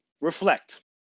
reflect